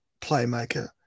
playmaker